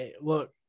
look